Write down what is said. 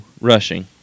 rushing